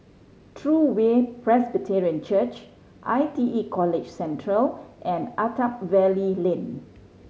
True Way Presbyterian Church I T E College Central and Attap Valley Lane